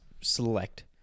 select